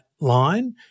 line